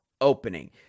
opening